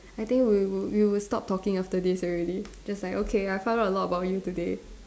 I think we wou~ we would stop talking after this already just like okay I found out a lot about you today